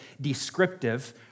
descriptive